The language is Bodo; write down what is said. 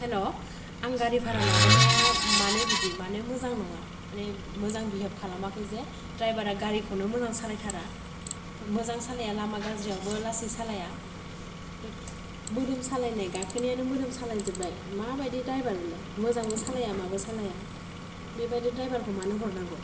हेल' आं गारि बारहा लाबोनाया मानो बिदि मानो मोजां नङा माने मोजां बिहेफ खालामाखै जे द्रायभारा गारिखौनो मोजां सालायथारा मोजां सालाया लामा गाज्रि आवबो लासै सालाया मोदोम सालायनाय गाखोनायानो मोदोम साला जोबबाय मा बायदि द्रायभार बेलाय मोजांबो सालाया माबो सालाया बेबायदि द्रायभारखौ मानो हरनांगौ